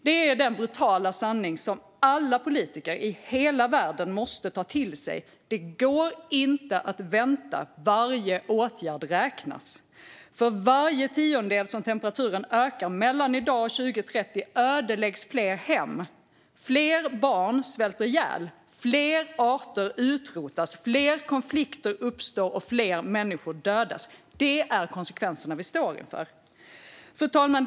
Detta är den brutala sanning som alla politiker i hela världen måste ta till sig. Det går inte att vänta. Varje åtgärd räknas. För varje tiondels grad som temperaturen ökar mellan i dag och 2030 ödeläggs fler hem. Fler barn svälter ihjäl, fler arter utrotas, fler konflikter uppstår och fler människor dödas. Det är konsekvenserna vi står inför. Fru talman!